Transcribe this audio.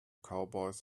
cowboys